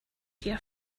here